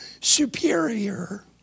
superior